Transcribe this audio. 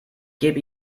gebe